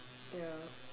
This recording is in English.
ya